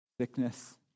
Sickness